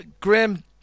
Graham